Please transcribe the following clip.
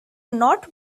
not